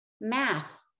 math